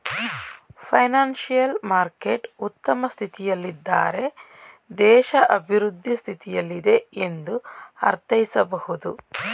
financial market ಉತ್ತಮ ಸ್ಥಿತಿಯಲ್ಲಿದ್ದಾರೆ ದೇಶ ಅಭಿವೃದ್ಧಿ ಸ್ಥಿತಿಯಲ್ಲಿದೆ ಎಂದು ಅರ್ಥೈಸಬಹುದು